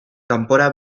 kanpora